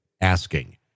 asking